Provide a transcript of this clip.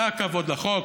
זה הכבוד לחוק,